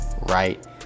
right